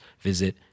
visit